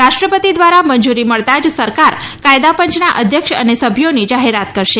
રાષ્ટ્રપતિ દ્વારા મંજુરી મળતા જ સરકાર કાયદાપંચના અધ્યક્ષ અને સભ્યોની જાહેરાત કરશે